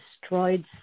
destroyed